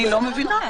אני לא מבינה.